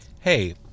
hey